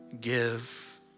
give